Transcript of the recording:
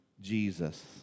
Jesus